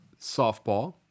softball